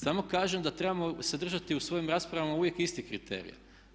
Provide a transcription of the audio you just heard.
Samo kažem da trebamo se držati u svojim raspravama uvijek istih kriterija.